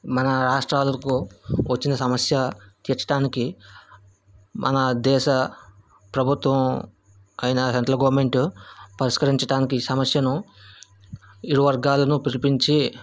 మన రాష్ట్రాలకు వచ్చిన సమస్య తీర్చటానికి మన దేశ ప్రభుత్వం అయిన సెంట్రల్ గవర్నమెంటు పరిష్కరించటానికి ఈ సమస్యను ఇరు వర్గాలను పిలిపించి